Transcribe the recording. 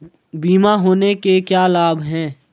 बीमा होने के क्या क्या लाभ हैं?